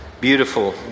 Beautiful